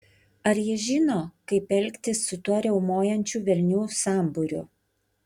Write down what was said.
ar jis žino kaip elgtis su tuo riaumojančių velnių sambūriu